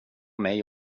mig